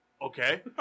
Okay